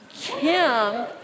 Kim